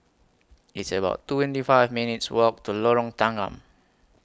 It's about twenty five minutes' Walk to Lorong Tanggam